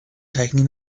taking